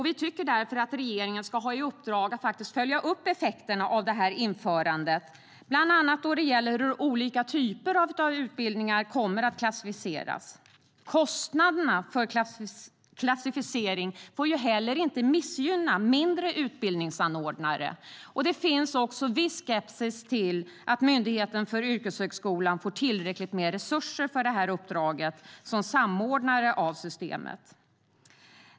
Vi tycker därför att regeringen ska ha i uppdrag att följa upp effekterna av införandet, bland annat då det gäller hur olika typer av utbildningar kommer att klassificeras. Kostnaderna för klassificering får heller inte missgynna mindre utbildningsanordnare. Det finns också ett visst tvivel på att Myndigheten för yrkeshögskolan får tillräckligt med resurser för uppdraget som samordnare av systemet.